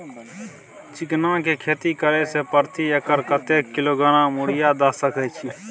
चिकना के खेती करे से प्रति एकर कतेक किलोग्राम यूरिया द सके छी?